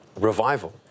revival